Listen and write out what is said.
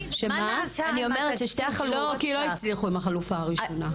לא הצליחו עם החלופה הראשונה.